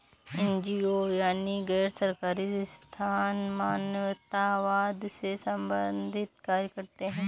NGO यानी गैर सरकारी संस्थान मानवतावाद से संबंधित कार्य करते हैं